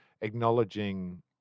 acknowledging